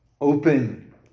open